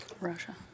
Russia